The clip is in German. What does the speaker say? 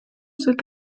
sind